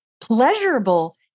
pleasurable